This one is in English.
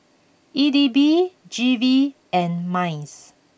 E D B G V and Minds